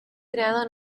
creado